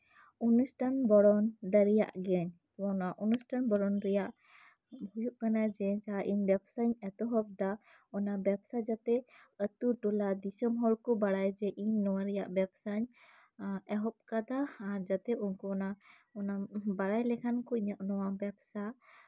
ᱚᱱᱩᱥᱴᱷᱟᱱ ᱵᱚᱨᱚᱱ ᱫᱟᱲᱮᱭᱟᱜ ᱜᱮᱭᱟᱧ ᱚᱱᱩᱥᱴᱷᱟᱱ ᱵᱚᱨᱚᱱ ᱨᱮᱭᱟᱜ ᱦᱩᱭᱩᱜ ᱠᱟᱱᱟ ᱡᱮ ᱤᱧ ᱫᱚ ᱵᱮᱵᱥᱟᱧ ᱮᱛᱚᱵ ᱫᱟ ᱚᱱᱟ ᱵᱮᱵᱥᱟ ᱡᱟᱛᱮ ᱟᱛᱳ ᱴᱚᱞᱟ ᱫᱤᱥᱚᱢ ᱦᱚᱲ ᱠᱚ ᱵᱟᱲᱟᱭᱟ ᱡᱮ ᱤᱧ ᱱᱚᱣᱟ ᱨᱮᱭᱟᱜ ᱵᱮᱵᱥᱟᱧ ᱮᱦᱚᱵ ᱠᱟᱫᱟ ᱡᱟᱛᱮ ᱩᱱᱠᱩ ᱚᱱᱟ ᱵᱟᱲᱟᱭ ᱞᱮᱠᱷᱟᱡ ᱠᱚ ᱩᱱᱠᱩ ᱚᱱᱟ ᱵᱮᱵᱥᱟ